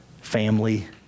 family